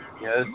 Yes